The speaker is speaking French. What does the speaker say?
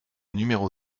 numéro